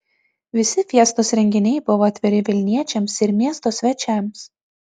visi fiestos renginiai buvo atviri vilniečiams ir miesto svečiams